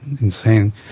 insane